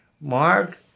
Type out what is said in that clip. Mark